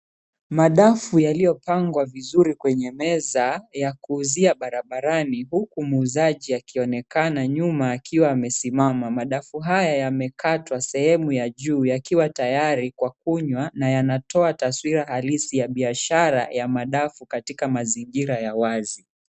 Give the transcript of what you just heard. Madafu yaliyopangwa vizuri kwenye meza ya kuuzia barabarani huku muuzaji akionekana nyuma akiwa amesimama. Madafu haya yamekatwa sehemu ya juu yakiwa tayari ya kunywa na yanatoa taswira halisi ya madafu katika mazingira ya wazi.